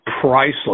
priceless